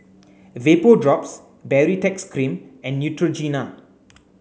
Vapodrops Baritex cream and Neutrogena